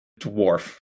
dwarf